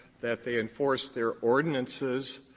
that they enforce their ordinances